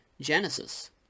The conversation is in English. Genesis